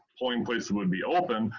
polling places would be open.